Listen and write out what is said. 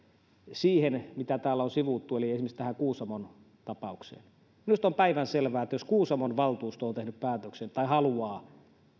siihen mitä täällä on sivuttu eli esimerkiksi tähän kuusamon tapaukseen minusta on päivänselvää että jos kuusamon valtuusto on tehnyt päätöksen ja haluaa